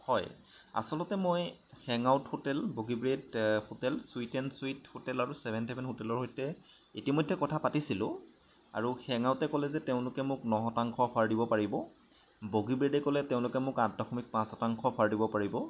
হয় আচলতে মই হেং আউট হোটেল বগীব্ৰেড hotel sweet and sweet hotel আৰু ছেভেন্থ হেভেন হোটেলৰ সৈতে ইতিমধ্য়ে কথা পাতিছিলোঁ আৰু হেং আউটে ক'লে যে তেওঁলোকে মোক ন শতাংশ অফাৰ দিব পাৰিব বগীব্ৰেডে ক'লে তেওঁলোকে মোক আঠ দশমিক পাঁচ শতাংশ অফাৰ দিব পাৰিব